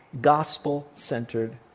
Gospel-centered